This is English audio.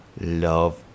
love